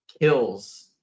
kills